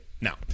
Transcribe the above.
Now